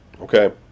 okay